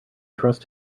trust